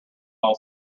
all